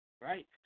Right